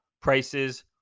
prices